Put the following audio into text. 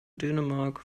dänemark